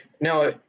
Now